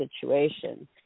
situation